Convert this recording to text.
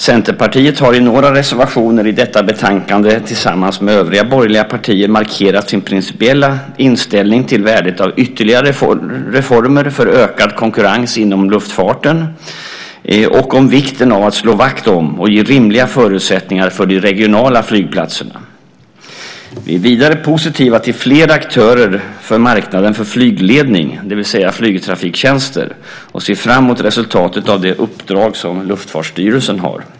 Centerpartiet har i några reservationer i detta betänkande tillsammans med övriga borgerliga partier markerat sin principiella inställning till värdet av ytterligare reformer för ökad konkurrens inom luftfarten och till vikten av att slå vakt om och ge rimliga förutsättningar för de regionala flygplatserna. Vidare är vi positiva till fler aktörer för marknaden för flygledning, det vill säga flygtrafiktjänster, och ser fram emot resultatet av det uppdrag som Luftfartsstyrelsen har.